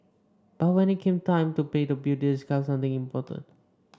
but when it came time to pay the bill they discovered something important